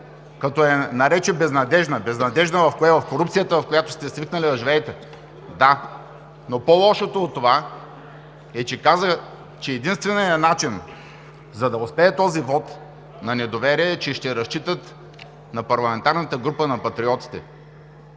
като я нарече безнадеждна. Безнадеждна в кое – в корупцията, в която сте свикнали да живеете? Да, но по-лошото от това е, че каза, че единственият начин, за да успее този вот на недоверие е, че разчитат на парламентарната група на Патриотите.